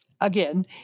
Again